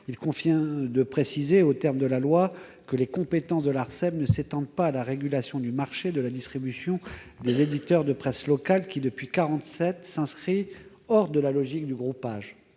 du secteur. Aux termes de la loi, les compétences de l'Arcep ne s'étendent pas à la régulation du marché de la distribution des éditeurs de presse locale qui, depuis 1947, s'inscrit hors de la logique de groupage.